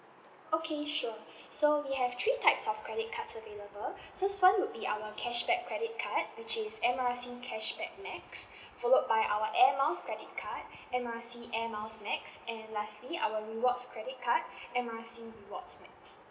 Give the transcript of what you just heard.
okay sure so we have three types of credit cards available first one would be our cashback credit card which is M R C cashback max followed by our air miles credit card M R C air miles max and lastly our rewards credit card M R C rewards max